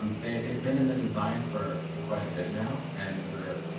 and they've been in the design for for quite a bit now and we're,